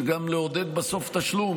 וגם לעודד בסוף תשלום,